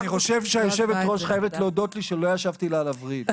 אני חושב שהיו"ר חייבת להודות לי שלא ישבתי לה על הווריד.